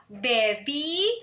baby